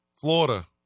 florida